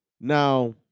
Now